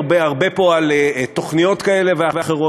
הרבה פה על תוכניות כאלה ואחרות,